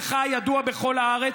כי הפה המלוכלך שלך ידוע בכל הארץ,